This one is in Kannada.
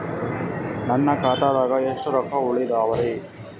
ನನ್ನ ಖಾತಾದಾಗ ಎಷ್ಟ ರೊಕ್ಕ ಉಳದಾವರಿ?